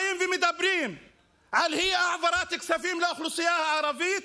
באים ומדברים על אי-העברת כספים לאוכלוסייה הערבית,